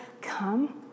come